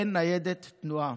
אין ניידת תנועה.